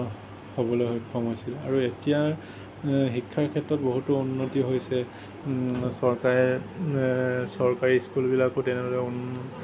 হ'বলৈ সক্ষম হৈছিল আৰু এতিয়া শিক্ষাৰ ক্ষেত্ৰত বহুতো উন্নতি হৈছে চৰকাৰে চৰকাৰী স্কুলবিলাকো তেনেদৰে উন